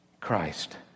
Christ